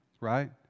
right